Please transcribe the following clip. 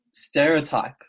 Stereotype